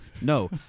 No